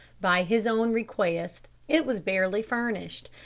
by his own request, it was barely furnished,